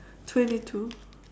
twenty two